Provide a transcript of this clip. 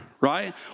right